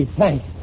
thanks